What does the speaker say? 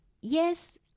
yes